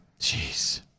Jeez